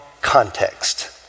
context